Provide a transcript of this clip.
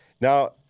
Now